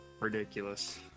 Ridiculous